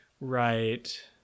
right